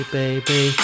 baby